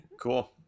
Cool